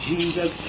Jesus